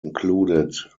included